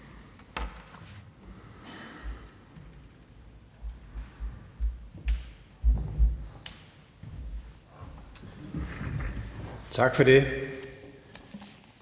tak for det.